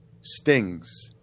stings